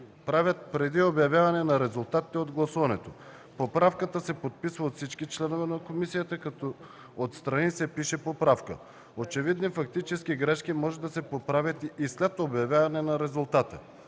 правят преди обявяване на резултатите от гласуването. Поправката се подписва от всички членове на комисията, като отстрани се пише „поправка”. Очевидни фактически грешки може да се поправят и след обявяване на резултата.